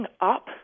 up